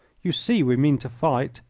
you see we mean to fight.